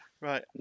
right